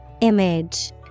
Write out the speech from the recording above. Image